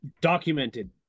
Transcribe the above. documented